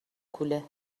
کوله